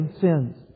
sins